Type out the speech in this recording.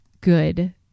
good